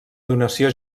donació